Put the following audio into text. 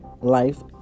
life